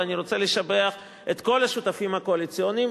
אני רוצה לשבח את כל השותפים הקואליציוניים.